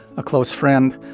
a close friend.